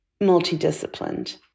multidisciplined